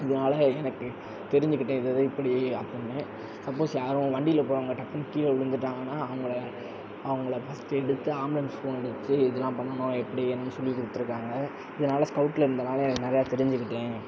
இதனால எனக்கு தெரிஞ்சுக்கிட்டேன் இது இது இப்படி அப்படின்னு சப்போஸ் யாரும் வண்டியில் போறவங்க டக்குன்னு கீழே விழுந்துட்டாங்கனா அவங்கள அவங்கள ஃபஸ்ட்டு எடுத்து ஆம்புலன்ஸ் ஃபோனடிச்சு எதெலான் பண்ணணும் எப்படி என்னன்னு சொல்லிக் கொடுத்துருக்காங்க இதனால ஸ்கௌவுட்டில் இருந்ததனால எனக்கு நிறையா தெரிஞ்சுக்கிட்டேன்